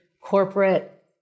corporate